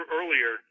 earlier